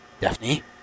Daphne